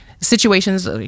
situations